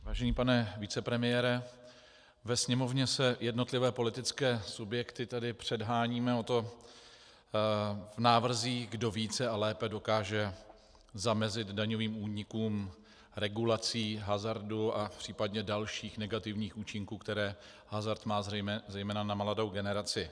Vážený pane vicepremiére, ve Sněmovně se jednotlivé politické subjekty předháníme v návrzích, kdo více a lépe dokáže zamezit daňovým únikům regulací hazardu a případně dalších negativních účinků, které hazard má zejména na mladou generaci.